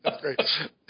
great